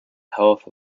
health